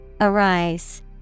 Arise